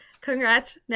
Congrats